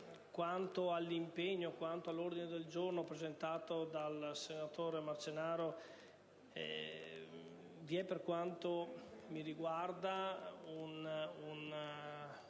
anticipato, quanto all'ordine del giorno presentato dal senatore Marcenaro, per quanto mi riguarda,